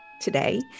today